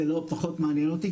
זה פחות מעניין אותי.